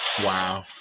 Wow